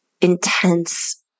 intense